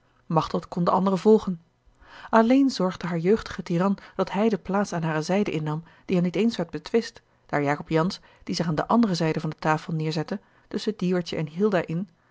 machteld kon de anderen volgen alleen zorgde haar jeugdigen tiran dat hij de plaats aan hare zijde innam die hem niet eens werd betwist daar jacob jansz die zich aan de andere zijde van de tafel neêrzette tusschen dieuwertje en hilda